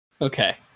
okay